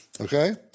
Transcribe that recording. Okay